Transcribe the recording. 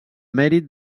mèrit